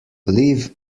live